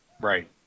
Right